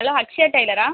hello Akshaya டெய்லரா